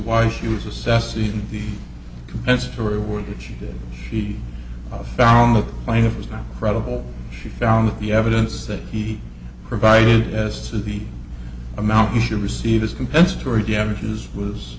why she was assessing the compensatory work that she did she found the plaintiff was not credible she found the evidence that he provided as to the amount he should receive his compensatory damages was